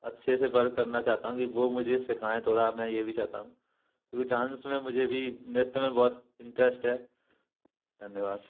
अच्छे से वर्क करना चाहता हूँ कि वो मुझे सीखाएँ थोड़ा मैं ये भी चाहता हूँ क्योकि डांस में मुझे भी नृत्य में बहुत इंटरेस्ट है धन्यवाद